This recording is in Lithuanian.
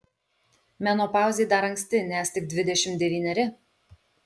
menopauzei dar anksti nes tik dvidešimt devyneri